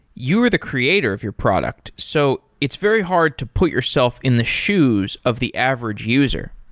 you're the creator of your product. so it's very hard to put yourself in the shoes of the average user.